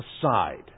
aside